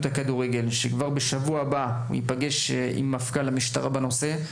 לכדורגל שכבר בשבוע הבא הוא ייפגש עם מפכ"ל המשטרה בנושא.